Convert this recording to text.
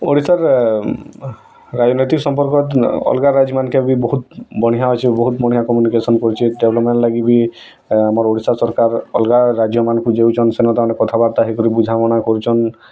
ଓଡ଼ିଶାରେ ରାଜନୀତି ସମ୍ପର୍କ ଅଲଗା ରାଜ୍ମାନଙ୍କେ ବି ବହୁତ୍ ବଢ଼ିଆ ଅଛି ବହୁତ୍ ବଢ଼ିଆ କମ୍ୟୁନିକେସନ୍ କରିଛି ଡେଭ୍ଲପ୍ମେଣ୍ଟ ଲାଗି ବି ଆମର ଓଡ଼ିଶା ସରକାର ଅଲଗା ରାଜ୍ୟମାନଙ୍କୁ ଯାଉଛନ୍ ସେନୁ ତାଙ୍କର କଥାବାର୍ତ୍ତା ହେଇ କରି ବୁଝାମଣା କରୁଛନ୍